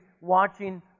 watching